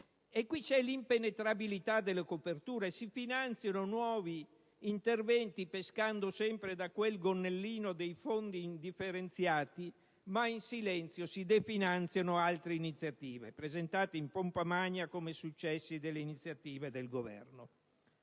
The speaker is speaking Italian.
E qui c'è l'impenetrabilità delle coperture: si finanziano nuovi interventi pescando sempre dal gonnellino dei fondi indifferenziati, ma in silenzio si definanziano altre iniziative, presentate in pompa magna come successi dell'iniziativa del Governo.